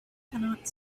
cannot